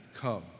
come